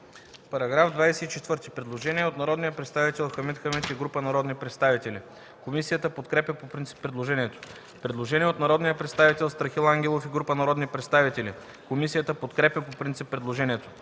По § 24 има предложение от народния представител Хамид Хамид и група народни представители. Комисията подкрепя по принцип предложението. Предложение от народния представител Страхил Ангелов и група народни представители. Комисията по принцип предложението.